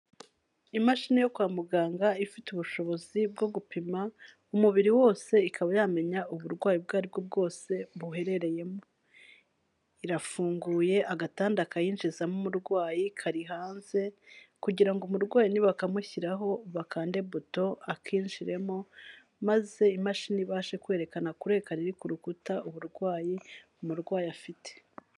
Imashini yo kwa muganga ifite ubushobozi bwo gupima umubiri wose ikaba yamenya uburwayi ubwo ari bwo bwose buherereyemo. Irafunguye agatanda akayinjizamo umurwayi kari hanze, kugira ngo umurwayi nibakamushyiraho bakande buto akinjiremo, maze imashini ibashe kwerekana kureka kuri ekara iri ku rukuta, uburwayi umurwayi afite.